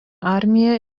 armija